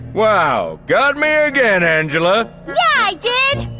wow! got me ah again, angela! yeah, i did!